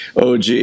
OG